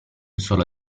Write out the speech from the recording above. solo